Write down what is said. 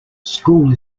school